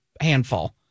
handful